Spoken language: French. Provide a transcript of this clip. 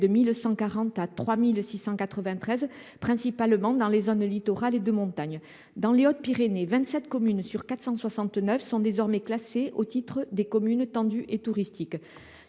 de 1 140 à 3 693, principalement dans les zones littorales et de montagne. Dans les Hautes Pyrénées, 27 communes sur 469 sont désormais classées en zone tendue. Cependant,